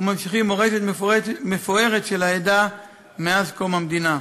וממשיכים מורשת מפוארת של העדה מאז קום המדינה.